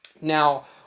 Now